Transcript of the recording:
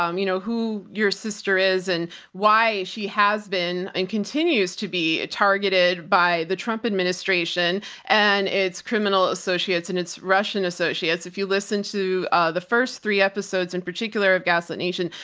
um you know, who your sister is and why she has been and continues to be ah targeted by the trump administration and its criminal associates and it's russian associates. if you listen to ah the first three episodes in particular of gaslit nation,